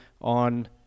on